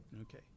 Okay